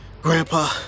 Grandpa